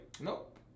Nope